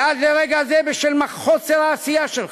כי עד לרגע זה, בשל חוסר העשייה שלך,